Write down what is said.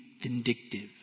vindictive